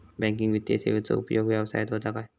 Banking वित्तीय सेवाचो उपयोग व्यवसायात होता काय?